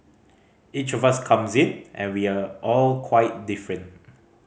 each of us comes in and we are all quite different